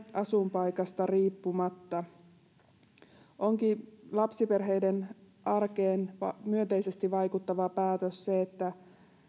asuinpaikasta riippumatta onkin lapsiperheiden arkeen myönteisesti vaikuttava päätös että